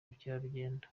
bukerarugendo